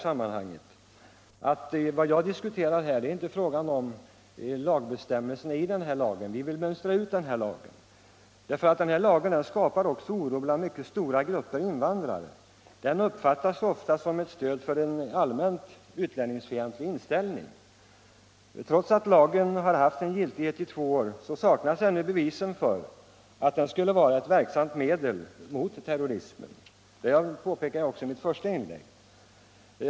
Vad jag diskuterar här är inte bestämmelserna i terroristlagen. Vi vill mönstra ut lagen därför att den skapar också oro bland mycket stora grupper invandrare. Lagen uppfattas ofta som ett stöd för en allmänt utlänningsfientlig inställning. Trots att lagen varit i kraft två år saknas ännu bevisen för att den skulle vara ett verksamt medel mot terrorismen. Det påpekade jag också i mitt första inlägg.